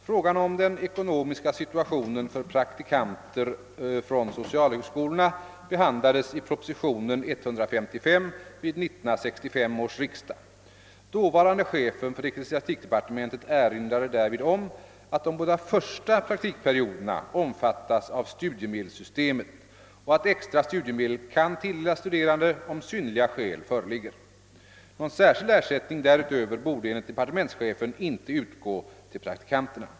Frågan om den ekonomiska situationen för praktikanter från socialhögskolorna behandlades i prop. 1965:155 . Dåvarande chefen för ecklesiastikdepartementet erinrade därvid om att de båda första praktikperioderna omfattas av studiemedelssystemet och att extra studiemedel kan tilldelas studerande, om synnerliga skäl föreligger. Någon särskild ersättning därutöver borde enligt departementschefen inte utgå till praktikanterna.